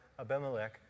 Abimelech